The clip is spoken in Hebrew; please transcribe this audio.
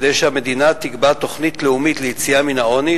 כדי שהמדינה תקבע תוכנית לאומית ליציאה מן העוני,